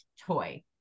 toy